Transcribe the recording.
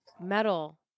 Metal